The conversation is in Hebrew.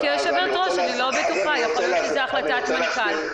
אני רוצה להסביר,